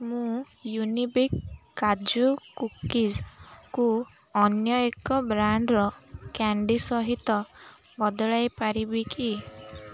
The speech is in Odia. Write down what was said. ମୁଁ ୟୁନିବିକ୍ କାଜୁ କୁକିଜ୍କୁ ଅନ୍ୟ ଏକ ବ୍ରାଣ୍ଡ୍ର କ୍ୟାଣ୍ଡି ସହିତ ବଦଳାଇ ପାରିବି କି